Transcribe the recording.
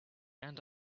and